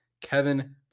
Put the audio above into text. Kevin